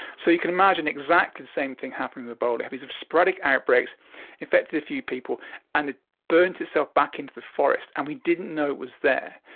so you can imagine exactly the same thing happening with ebola. these sporadic outbreaks affected a few people and it burnt itself back into the forest and we didn't know it was there.